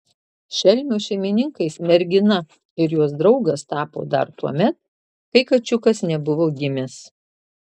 šelmio šeimininkais mergina ir jos draugas tapo dar tuomet kai kačiukas nebuvo gimęs